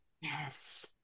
Yes